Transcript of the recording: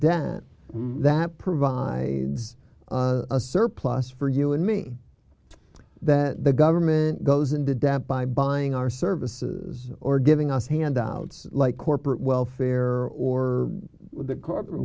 debt that provides a surplus for you and me that the government goes into debt by buying our services or giving us handouts like corporate welfare or big corporate